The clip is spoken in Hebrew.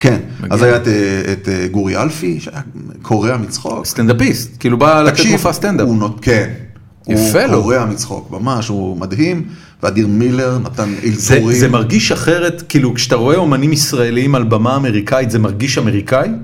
כן, אז היה את גורי אלפי, שהיה קורע מצחוק. סטנדאפיסט, כאילו בא לתת מופע סטנדאפ. תקשיב, הוא נותן, כן, יפה לו, הוא קורע מצחוק, ממש, הוא מדהים, ואדיר מילר נתן אילתורים. זה זה מרגיש אחרת, כאילו כשאתה רואה אומנים ישראלים על במה אמריקאית, זה מרגיש אמריקאי?